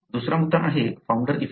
दुसरा मुद्दा आहे फाऊंडर इफेक्ट